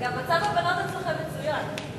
אגב, מצב הבנות אצלכם מצוין.